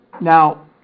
Now